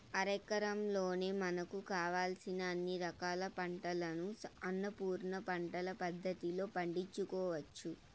అరెకరంలోనే మనకు కావలసిన అన్ని రకాల పంటలను అన్నపూర్ణ పంటల పద్ధతిలో పండించుకోవచ్చు